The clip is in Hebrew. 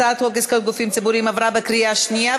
הצעת חוק עסקאות גופים ציבוריים עברה בקריאה שנייה,